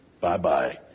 Bye-bye